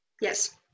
Yes